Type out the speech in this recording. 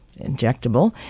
injectable